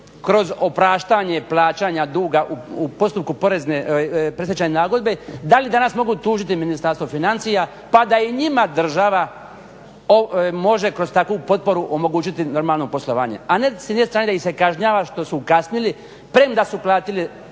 kroz opraštanje plaćanja duga u postupku predstečajne nagodbe da li danas mogu tužiti Ministarstvo financija, pa da i njima država može kroz takvu potporu omogućiti normalno poslovanje. A ne s jedne strane ih se kažnjava što su kasnili premda su platili